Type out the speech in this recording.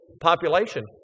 population